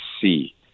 see